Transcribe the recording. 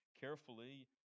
carefully